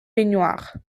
baignoire